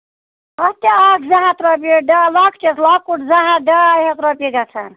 اَتھ کیٛاہ اکھ زٕ ہتھ رۄپیہِ لۄکٔٹِس لۄکُٹ زٕ ہَتھ ڈاے ہَتھ رۄپیہِ گژھان